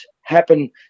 happen